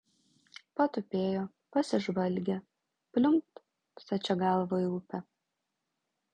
patupėjo pasižvalgė pliumpt stačia galva į upę